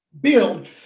build